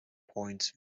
points